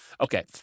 okay